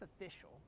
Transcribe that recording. official